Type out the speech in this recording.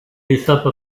échappe